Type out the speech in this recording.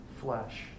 flesh